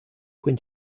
when